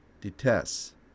detests